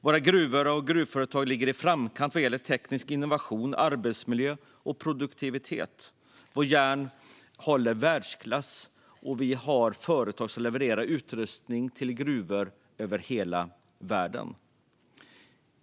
Våra gruvor och gruvföretag ligger i framkant vad gäller teknisk innovation, arbetsmiljö och produktivitet. Vårt järn håller världsklass, och vi har företag som levererar utrustning till gruvor över hela världen.